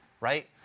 right